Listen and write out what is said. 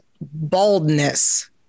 baldness